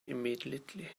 immediately